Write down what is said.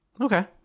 Okay